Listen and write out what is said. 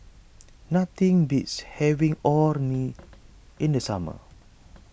nothing beats having Orh Nee in the summer